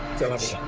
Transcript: tell us